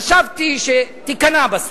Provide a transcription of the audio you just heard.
חשבתי שתיכנע בסוף.